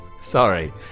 Sorry